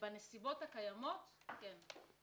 בנסיבות הקיימות כן.